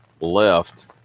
left